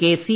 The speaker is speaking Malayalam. K C